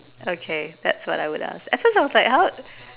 okay that's what I would ask at first I was like how